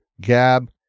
Gab